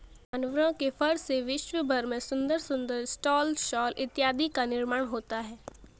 जानवरों के फर से विश्व भर में सुंदर सुंदर स्टॉल शॉल इत्यादि का निर्माण होता है